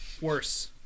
Worse